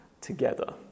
together